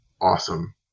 awesome